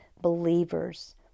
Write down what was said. believers